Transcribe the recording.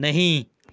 नहीं